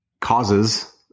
causes